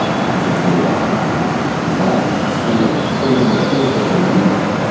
ah could just be a walk outside but you know over the course of a week,